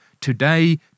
Today